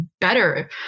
better